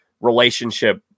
relationship